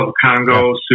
Congo